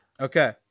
Okay